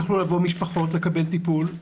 יוכלו לבוא משפחות לקבל טיפול.